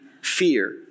fear